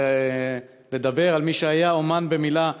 או לדבר על מי שהיה אמן במילה,